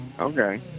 Okay